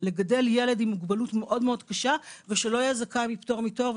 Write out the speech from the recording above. לגדל ילד עם מוגבלות מאוד קשה ושלא יהיה זכאי מפטור מתור.